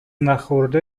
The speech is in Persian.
نخورده